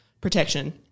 protection